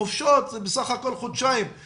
חופשות זה בסך הכל חודשיים,